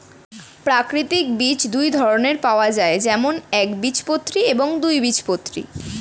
প্রাকৃতিক বীজ দুই ধরনের পাওয়া যায়, যেমন একবীজপত্রী এবং দুই বীজপত্রী